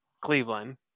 Cleveland